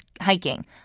hiking